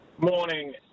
Morning